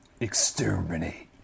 Exterminate